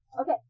Okay